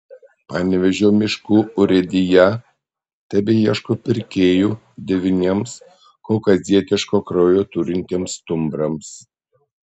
panevėžio miškų urėdija tebeieško pirkėjų devyniems kaukazietiško kraujo turintiems stumbrams